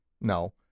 No